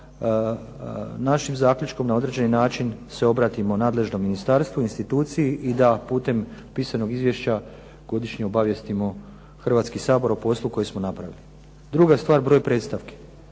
da našim zaključkom na određeni način se obratimo nadležnom ministarstvu, instituciji i da putem godišnjeg izvješća godišnje obavijestimo Hrvatski sabor o poslu koji smo napravili. Druga stvar, broj predstavki.